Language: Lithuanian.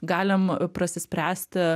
galim prasispręsti